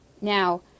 now